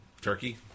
turkey